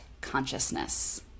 consciousness